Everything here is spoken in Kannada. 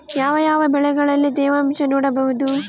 ಯಾವ ಯಾವ ಬೆಳೆಗಳಲ್ಲಿ ತೇವಾಂಶವನ್ನು ನೋಡಬಹುದು?